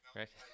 right